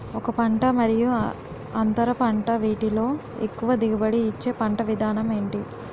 ఒక పంట మరియు అంతర పంట వీటిలో ఎక్కువ దిగుబడి ఇచ్చే పంట విధానం ఏంటి?